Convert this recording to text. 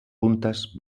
puntes